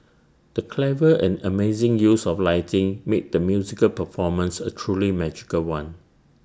the clever and amazing use of lighting made the musical performance A truly magical one